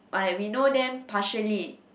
i we know them partially